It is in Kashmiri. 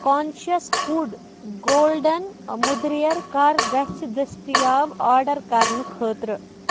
کانشیٚس فُڈ گولڈن مٔدرٮ۪ر کَر گژھِ دٔستیاب آرڈر کَرنہٕ خٲطرٕ